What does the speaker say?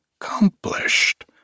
accomplished